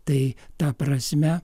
tai ta prasme